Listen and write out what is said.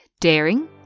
daring